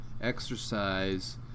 exercise